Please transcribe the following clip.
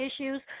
issues